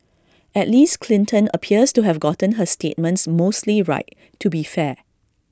at least Clinton appears to have gotten her statements mostly right to be fair